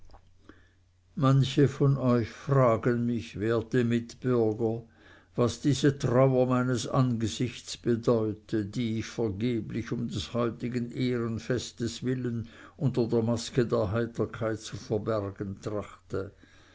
manche von euch fragen mich werte mitbürger was diese trauer meines angesichts bedeute die ich vergeblich um des heutigen ehrenfestes willen unter der maske der heiterkeit zu verbergen trachte